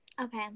Okay